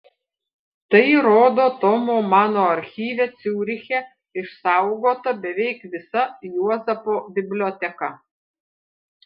tai rodo tomo mano archyve ciuriche išsaugota beveik visa juozapo biblioteka